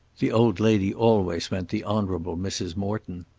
the old lady always meant the honourable mrs. morton.